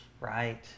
Right